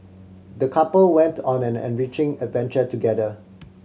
the couple went on an enriching adventure together